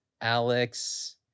Alex